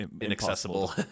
inaccessible